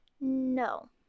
no